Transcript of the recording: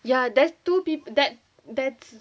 ya that's two pe~ that that's